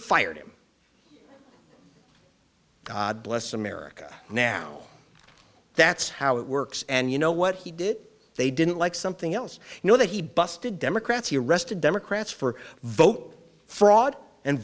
fired him god bless america now that's how it works and you know what he did they didn't like something else you know that he busted democrats he arrested democrats for vote fraud and